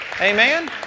Amen